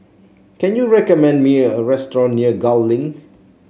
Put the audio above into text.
can you recommend me a restaurant near Gul Link